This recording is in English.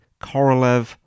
Korolev